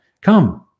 Come